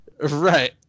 right